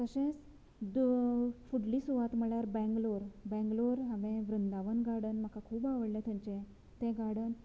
तशेंच दो फुडली सुवात म्हळ्यार बेंगलोर बेंगलोर हांवे वृंदावन गार्डन म्हाका खूब आवडले थंयचे ते गार्डन